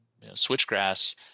switchgrass